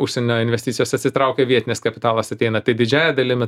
užsienio investicijos atsitraukia vietinis kapitalas ateina tai didžiąja dalimi